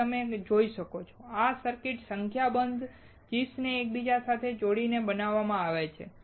જેમ તમે જોઈ શકો છો આ સર્કિટ સંખ્યાબંધ ચિપ્સને એકબીજા સાથે જોડીને બનાવવામાં આવી છે